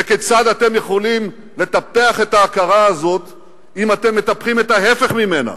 כיצד אתם יכולים לטפח את ההכרה הזאת אם אתם מטפחים את ההיפך ממנה?